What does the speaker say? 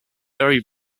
very